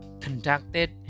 conducted